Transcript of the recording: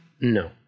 No